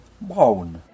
Brown